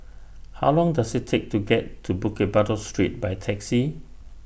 How Long Does IT Take to get to Bukit Batok Street By Taxi